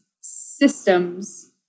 systems